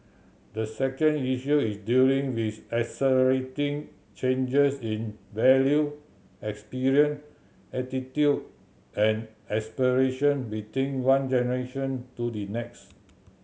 the second issue is dealing with accelerating changes in value experience attitude and aspiration between one generation to the next